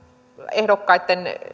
ehdokkaitten